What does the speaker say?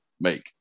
make